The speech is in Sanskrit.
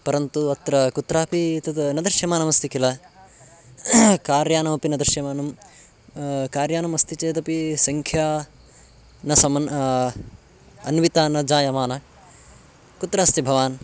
परन्तु अत्र कुत्रापि तत् न दृश्यमानमस्ति किल कार्यानमपि न दृश्यमानं कार्यानमस्ति चेदपि सङ्ख्या न समानम् अन्विता न जायमाना कुत्र अस्ति भवान्